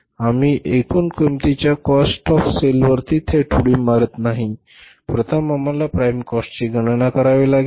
आम्ही एकूण किंमतीच्या काॅस्ट ऑफ सेलवरती थेट उडी मारत नाही प्रथम आम्हाला प्राईम काॅस्टची गणना करावी लागेल